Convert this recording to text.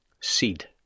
Seed